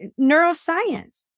neuroscience